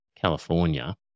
California